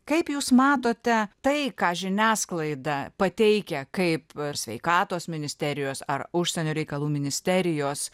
kaip jūs matote tai ką žiniasklaida pateikia kaip sveikatos ministerijos ar užsienio reikalų ministerijos